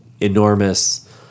enormous